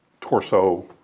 torso